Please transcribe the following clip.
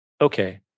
okay